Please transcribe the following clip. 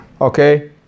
Okay